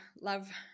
love